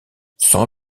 sans